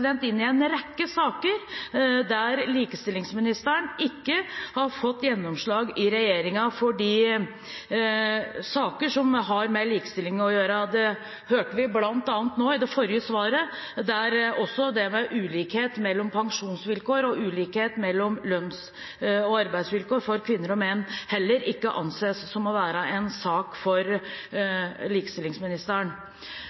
inn i en rekke saker der likestillingsministeren ikke har fått gjennomslag i regjeringen for de saker som har med likestilling å gjøre. Det hørte vi bl.a. nå i det forrige svaret, der heller ikke det med ulikhet i pensjonsvilkår og lønns- og arbeidsvilkår mellom kvinner og menn anses å være en sak for likestillingsministeren.